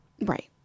Right